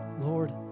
Lord